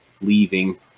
leaving